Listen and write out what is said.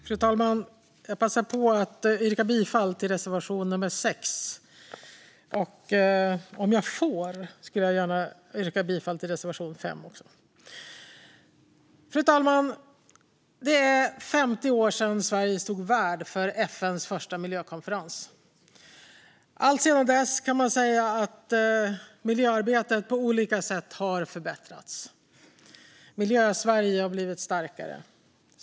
Fru talman! Jag passar på att yrka bifall till reservation 6. Om jag får skulle jag gärna yrka bifall även till reservation 5. Fru talman! Det är 50 år sedan Sverige stod värd för FN:s första miljökonferens. Man kan säga att miljöarbetet alltsedan dess på olika sätt har förbättrats. Miljösverige har blivit starkare.